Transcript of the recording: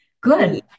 good